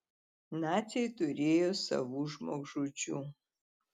naciai turėjo savų žmogžudžių